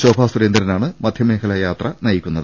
ശോഭാ സുരേന്ദ്രനാണ് മധ്യമേഖലാ ജാഥ നയിക്കുന്നത്